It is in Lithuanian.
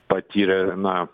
patyrė na